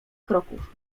kroków